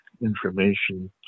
information